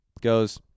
goes